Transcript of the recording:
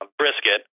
brisket